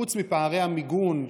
חוץ מפערי המיגון,